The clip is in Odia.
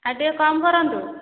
ଆଉ ଟିକେ କମ୍ କରନ୍ତୁ